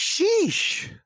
Sheesh